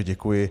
Děkuji.